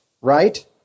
right